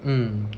mm